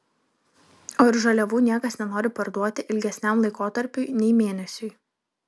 o ir žaliavų niekas nenori parduoti ilgesniam laikotarpiui nei mėnesiui